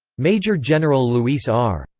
major general luis r.